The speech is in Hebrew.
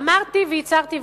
אמרתי והצהרתי,